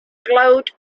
glowed